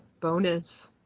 bonus